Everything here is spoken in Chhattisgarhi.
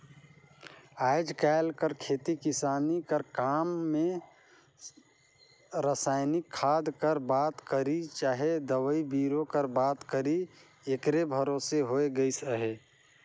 आएज काएल कर खेती किसानी कर काम में रसइनिक खाद कर बात करी चहे दवई बीरो कर बात करी एकरे भरोसे होए गइस अहे